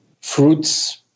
Fruits